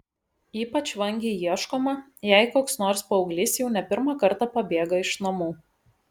ypač vangiai ieškoma jei koks nors paauglys jau ne pirmą kartą pabėga iš namų